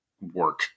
work